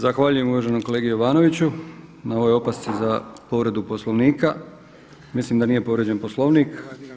Zahvaljujem uvaženom kolegi Jovanoviću na ovoj opasci za povredu Poslovnika, mislim da nije povrijeđen poslovnik.